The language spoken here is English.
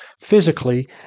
physically